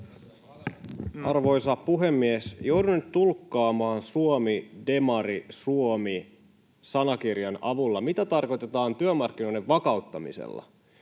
Arvoisa puhemies! Joudun nyt tulkkaamaan suomi—demari—suomi-sanakirjan avulla, mitä tarkoitetaan työmarkkinoiden vakauttamisella.